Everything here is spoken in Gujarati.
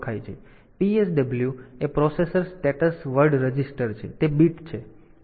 તેથી PSW એ પ્રોસેસર સ્ટેટસ વર્ડ રજિસ્ટર છે તે બીટ છે